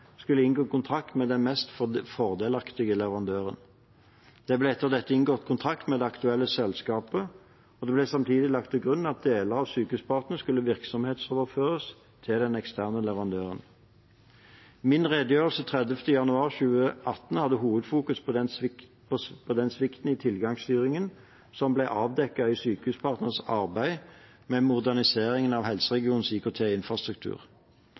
skulle inngå kontrakt med den mest fordelaktige leverandøren. Det ble etter dette inngått kontrakt med det aktuelle selskapet. Det ble samtidig lagt til grunn at deler av Sykehuspartner skulle virksomhetsoverføres til den eksterne leverandøren. Min redegjørelse 30. januar 2018 fokuserte hovedsakelig på den svikten i tilgangsstyringen som ble avdekket i Sykehuspartners arbeid med modernisering av helseregionens